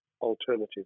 alternative